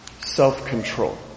self-control